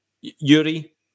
Yuri